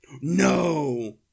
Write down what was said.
No